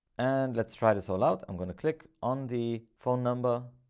and let's try this all out. i'm going to click on the phone number.